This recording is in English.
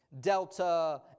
delta